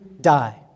die